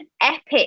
epic